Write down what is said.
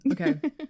okay